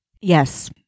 Yes